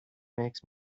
makes